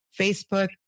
Facebook